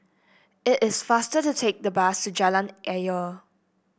it is faster to take the bus to Jalan Ayer